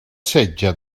setge